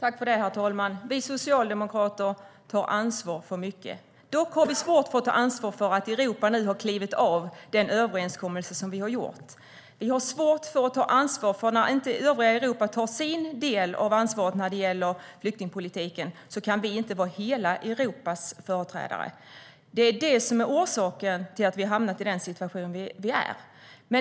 Herr talman! Vi socialdemokrater tar ansvar för mycket. Dock har vi svårt att ta ansvar för att Europa nu har klivit av den överenskommelse som vi har gjort. Vi har svårt för att ta ansvar för att övriga Europa inte tar sin del av ansvaret när det gäller flyktingpolitiken. Vi kan inte vara hela Europas företrädare. Det är det som är orsaken till att vi har hamnat i den situation där vi är.